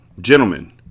Gentlemen